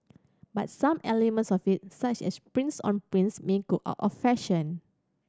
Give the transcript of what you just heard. but some elements of it such as prints on prints may go out of fashion